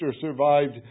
survived